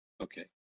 Okay